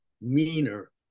meaner